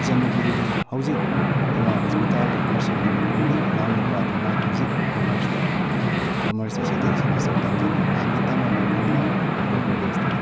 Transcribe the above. ꯏꯆꯟ ꯅꯨꯄꯤꯗꯨꯗꯤ ꯍꯧꯖꯤꯛ ꯏꯃꯥ ꯍꯣꯁꯄꯤꯇꯥꯜꯗ ꯅꯔꯁꯤꯡ ꯑꯣꯏꯅ ꯄꯨꯔꯤ ꯏꯅꯥꯎ ꯅꯨꯄꯥꯗꯨꯅ ꯍꯧꯖꯤꯛ ꯀꯃꯔꯁꯇ ꯀꯃꯔꯁꯇ ꯁꯦꯀꯦꯟ ꯁꯦꯃꯤꯁꯇꯔ ꯇꯝꯖꯔꯤ ꯃꯍꯥꯛꯅ ꯇꯝꯕ ꯃꯐꯝꯅ ꯃꯩꯗ꯭ꯌꯥ ꯄ꯭ꯔꯗꯦꯁꯇꯅꯤ